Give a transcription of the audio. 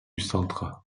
centre